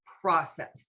process